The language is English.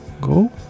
go